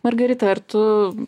margarita ar tu